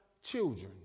children